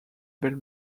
belle